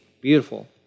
beautiful